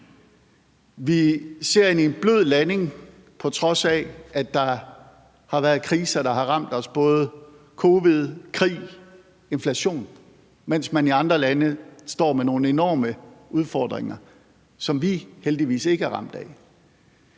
vi ser ind i en blød landing, på trods af at der har været kriser, der har ramt os, både covid, krig og inflation – mens man i andre lande står med nogle enorme udfordringer, som vi heldigvis ikke er ramt af.